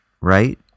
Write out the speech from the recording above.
right